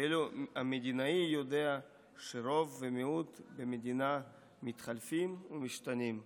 ואילו המדינאי יודע שרוב ומיעוט במדינה מתחלפים ומשתנים".